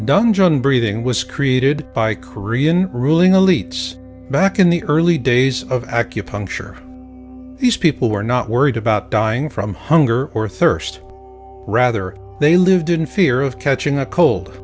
dung john breathing was created by korean ruling elites back in the early days of acupuncture these people were not worried about dying from hunger or thirst rather they lived in fear of catching a cold